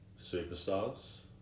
superstars